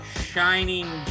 shining